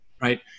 right